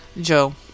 Joe